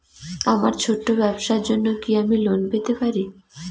আমার ছোট্ট ব্যাবসার জন্য কি আমি লোন পেতে পারি?